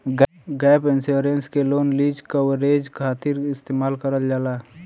gap insurance के loan lease coverage खातिर इस्तेमाल करल जाला